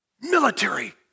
military